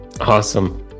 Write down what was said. Awesome